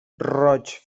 roig